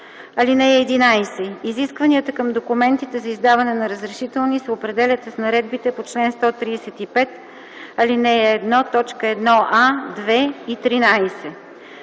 т. 13. (11) Изискванията към документите за издаване на разрешителни се определят с наредбите по чл. 135, ал. 1, т. 1а, 2 и 13.